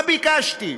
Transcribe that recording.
מה ביקשתי?